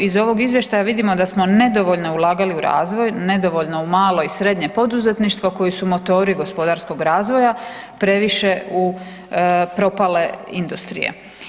Iz ovog izvještaja vidimo da smo nedovoljno ulagali u razvoj, nedovoljno u male i srednje poduzetništvo koji su motori gospodarskog razvoja, previše u propale industrije.